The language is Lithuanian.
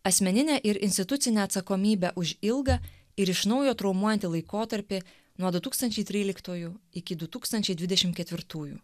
asmeninę ir institucinę atsakomybę už ilgą ir iš naujo traumuojantį laikotarpį nuo du tūkstančiai tryliktųjų iki du tūkstančiai dvidešimt ketvirtųjų